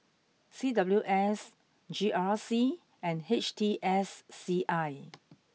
C W S G R C and H T S C I